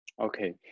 Okay